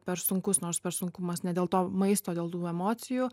per sunkus nors per sunkumas ne dėl to maisto dėl tų emocijų